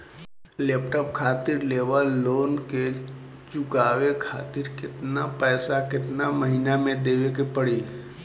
Laptop खातिर लेवल loan के चुकावे खातिर केतना पैसा केतना महिना मे देवे के पड़ी?